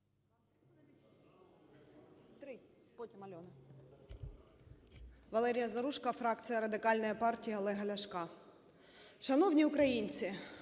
Валерія Заружко, фракція Радикальної партії Олега Ляшка. Шановні українці,